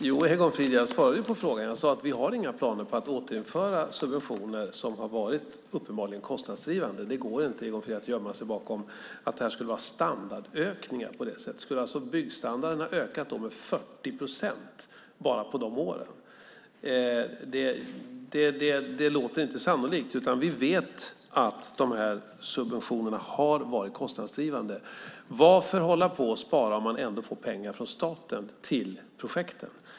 Fru talman! Jag svarade på frågan, Egon Frid. Jag sade att vi inte har några planer på att återinföra subventioner som uppenbarligen har varit kostnadsdrivande. Det går inte att gömma sig bakom att det här skulle vara standardökningar, Egon Frid. Skulle byggstandarden ha ökat med 40 procent bara på de här åren? Det låter inte sannolikt. Vi vet att de här subventionerna har varit kostnadsdrivande. Varför ska man hålla på och spara om man ändå får pengar från staten till projekten?